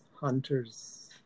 hunters